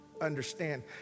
understand